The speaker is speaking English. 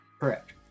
Correct